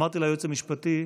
אמרתי ליועץ המשפטי: